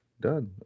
done